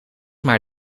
maar